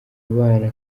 abana